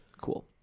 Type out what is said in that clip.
cool